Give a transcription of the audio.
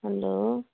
hello